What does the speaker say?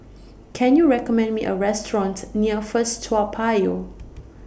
Can YOU recommend Me A Restaurant near First Toa Payoh